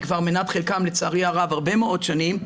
כבר מנת חלקם לצערי הרב הרבה מאוד שנים.